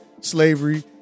Slavery